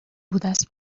بوداز